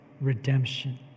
redemption